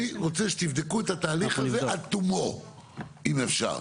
אז אני רוצה שתבדקו את התהליך הזה עד תומו אם אפשר.